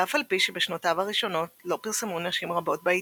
ואף על פי שבשנותיו הראשונות לא פרסמו נשים רבות בעיתון,